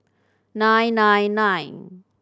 nine nine nine